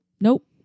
Nope